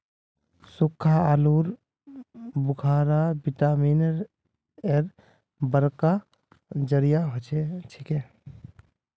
सुक्खा आलू बुखारा विटामिन एर बड़का जरिया छिके